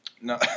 No